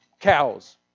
cows